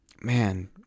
man